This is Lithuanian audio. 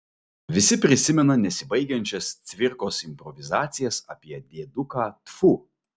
visi prisimena nesibaigiančias cvirkos improvizacijas apie dėduką tfu